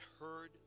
heard